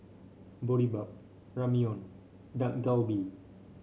Boribap Ramyeon Dak Galbi